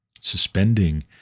suspending